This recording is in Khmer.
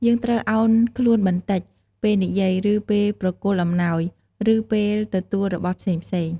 យើងត្រូវឱនខ្លួនបន្តិច ពេលនិយាយ ឬពេលប្រគល់អំណោយ ឬពេលទទួលរបស់ផ្សេងៗ។